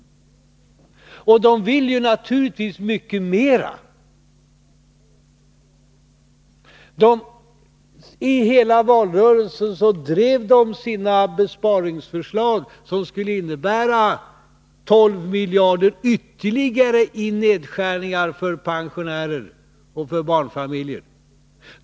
Och de vill naturligtvis mycket mera. I hela valrörelsen drev de sina besparingsförslag, som skulle innebära 12 miljarder ytterligare i nedskärningar för pensionärer och barnfamiljer.